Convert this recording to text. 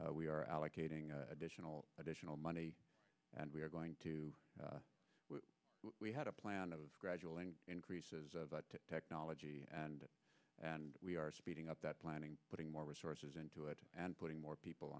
we are allocating additional additional money and we are going to we had a plan of gradually increasing technology and we are speeding up that planning putting more resources into it and putting more people